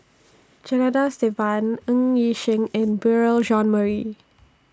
Janadas Devan Ng Yi Sheng and Beurel Jean Marie